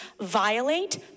violate